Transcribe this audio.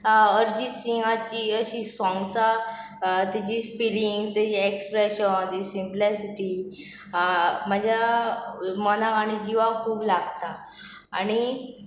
अरजीत सिंगाची अशी सोंग्सां तेजी फिलिंग्स तेजी एक्सप्रेशन तेची सिंप्लसिटी म्हाज्या मनाक आनी जिवाक खूब लागता आनी